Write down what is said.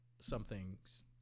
something's